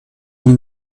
اون